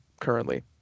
currently